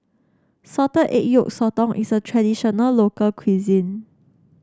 Salted Egg Yolk Sotong is a traditional local cuisine